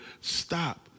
stop